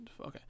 okay